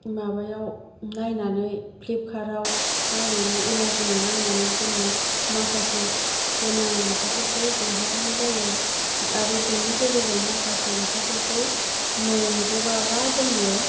माबायाव नायनानै प्लिपकार्टआव नायनानै एमाज'नाव नायनानै जोङो माखासे गोनां लेखाफोरखौ बिहरनाय जायो आरो बिनि गेजेरजों माखासे लेखाफोरखौ मोनजोबाबा जोङो